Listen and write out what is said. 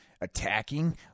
attacking